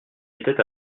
était